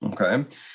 Okay